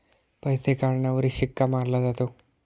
पैसे काढण्यावर शिक्का मारला जातो